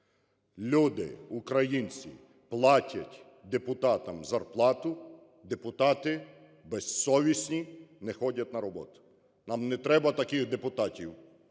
Люди, українці, платять депутатам зарплату, депутати безсовісні не ходять на роботу. Нам не треба таких депутатів.